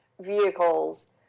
vehicles